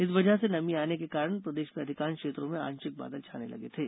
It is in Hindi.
इस वजह से नमी आने के कारण प्रदेश में अधिकांश क्षेत्रों में आंशिक बादल छाने लगे थे